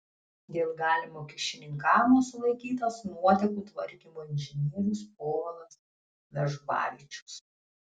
dėl galimo kyšininkavimo sulaikytas nuotėkų tvarkymo inžinierius povilas vežbavičius